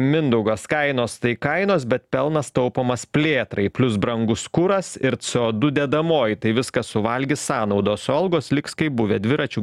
mindaugas kainos tai kainos bet pelnas taupomas plėtrai plius brangus kuras ir c o du dedamoji tai viską suvalgys sąnaudos o algos liks kaip buvę dviračių